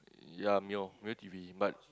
ya meal meal T_V but